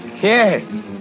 Yes